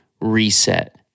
reset